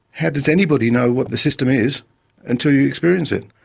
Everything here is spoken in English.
how does anybody know what the system is until you experience it?